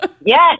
Yes